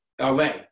LA